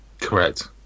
Correct